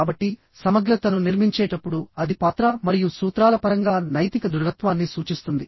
కాబట్టి సమగ్రతను నిర్మించేటప్పుడు అది పాత్ర మరియు సూత్రాల పరంగా నైతిక దృఢత్వాన్ని సూచిస్తుంది